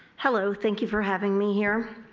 hello, thank you for having me here.